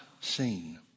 seen